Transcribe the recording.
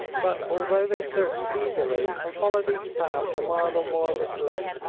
but although they searched eagerly and followed each path a mile or more of its length,